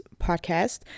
podcast